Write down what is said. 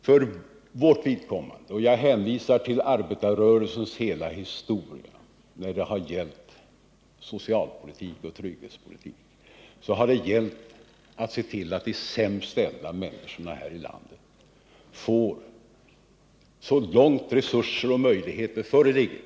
För vårt vidkommande — och jag hänvisar till arbetarrörelsens hela historia i fråga om socialpolitik och trygghetspolitik — har det gällt att se till att de sämst ställda människorna i landet får det bättre och tryggare så långt resurser och möjligheter föreligger.